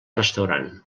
restaurant